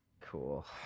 Cool